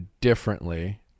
differently